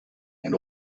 and